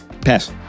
Pass